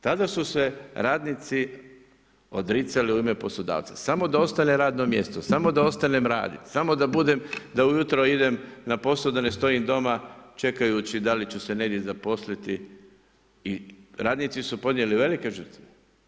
Tada su se radnici odricali u ime poslodavca, samo da ostane radno mjesto, samo da ostanem radit, samo da budem, da ujutro idem na posao, da ne stojim doma čekajući da li ću se negdje zaposliti i radnici su podnijeli velike žrtve.